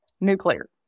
Nuclear